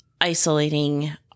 isolating